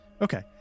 Okay